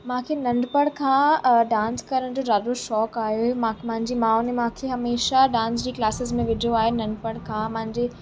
मूंखे नंढपिण खां डांस करण जो ॾाढो शौक़ु आहे मां मुंहिंजी माउ ने मूंखे हमेशा डांस जी क्लासिस में विझियो आहे नंढपिण खां मुंहिंजे